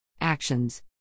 Actions